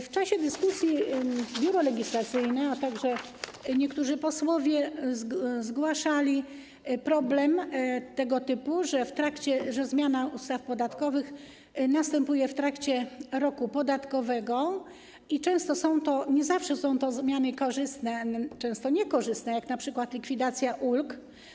W czasie dyskusji Biuro Legislacyjne zgłaszało, a także niektórzy posłowie zgłaszali problem tego typu, że zmiana ustaw podatkowych następuje w trakcie roku podatkowego i że nie zawsze są to zmiany korzystne, a często niekorzystne, jak np. likwidacja ulg.